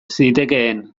zitekeen